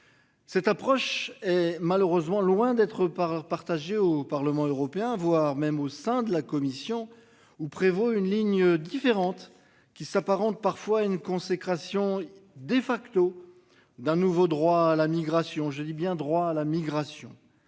Cette approche est malheureusement loin d'être par. Au Parlement européen, voire même au sein de la commission ou prévoit une ligne différente qui s'apparentent parfois une consécration de facto d'un nouveau droit à la migration. Je dis bien droit à la migration.